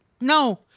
No